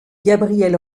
gabrielle